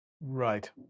Right